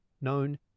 known